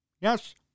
Yes